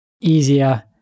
easier